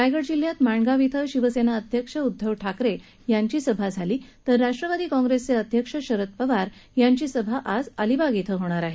रायगड जिल्ह्यात माणगाव इथं शिवसेना अध्यक्ष उद्धव ठाकरे यांची सभा झाली तर राष्ट्रवादी काँग्रेसचे अध्यक्ष शरद पवार यांची सभा आज अलिबाग इथं होणार आहे